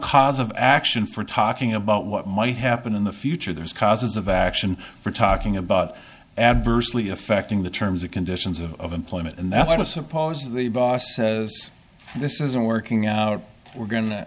cause of action for talking about what might happen in the future there's causes of action we're talking about adversely affecting the terms and conditions of employment and that's i don't suppose the boss says this isn't working out we're going to